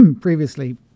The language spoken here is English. previously